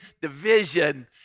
division